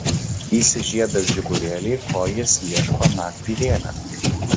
įsižiebęs žiburėlį ko jis ieško naktį vėlią